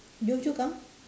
Yio-Chu-Kang